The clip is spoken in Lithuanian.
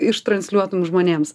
ištransliuotum žmonėms